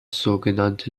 sogenannte